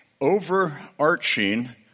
overarching